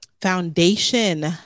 foundation